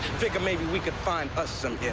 figured maybe we could find ah some yeah